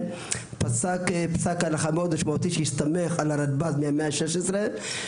פסק פסק הלכה מאוד משמעותי שהסתמך על הרלב"ג מהמאה ה-16,